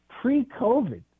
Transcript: Pre-COVID